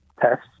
tests